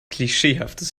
klischeehaftes